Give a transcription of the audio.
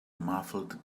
muffled